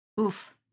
Oof